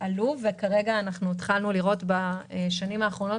בשנים האחרונות,